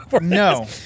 No